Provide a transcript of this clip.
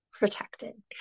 Protected